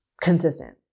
consistent